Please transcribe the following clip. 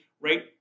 right